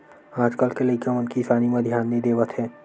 आज कल के लइका मन किसानी म धियान नइ देवत हे